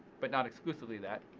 but not exclusively that.